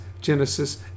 Genesis